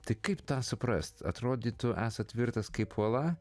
tai kaip tą suprast atrodytų esąt tvirtas kaip uola